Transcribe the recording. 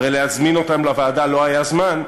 הרי להזמין אותם לוועדה לא היה זמן,